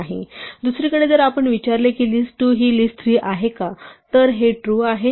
दुसरीकडे जर आपण विचारले की list2 हि list3 आहे का तर हे ट्रू आहे